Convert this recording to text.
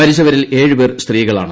മരിച്ചവരിൽ ഏഴുപേർ സ്ത്രീകളാണ്